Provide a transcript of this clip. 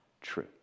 true